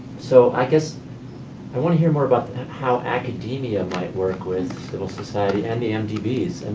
so i guess i want to hear more about how academia might work with civil society and the ah mdbs. and